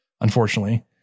unfortunately